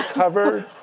covered